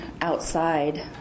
outside